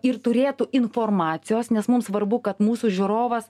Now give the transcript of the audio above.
ir turėtų informacijos nes mums svarbu kad mūsų žiūrovas